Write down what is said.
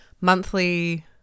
monthly